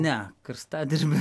ne karstadirbiu